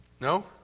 no